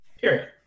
period